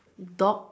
dog